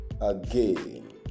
again